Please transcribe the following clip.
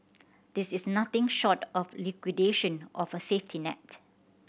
this is nothing short of liquidation of a safety net